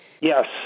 Yes